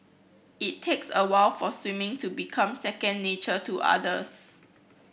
it takes a while for swimming to become second nature to others